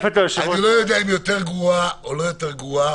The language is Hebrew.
אני לא יודע אם יותר גרועה או לא יותר גרועה,